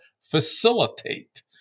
facilitate